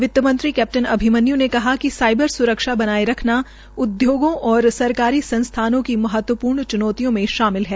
वित्तमंत्री कैप्टन अभिमन्यू ने कहा कि साइबर स्रक्षा बनाए रखना उद्यागों व सरकारी संस्थानों की महत्वपूर्ण च्नौतियों में शामिल है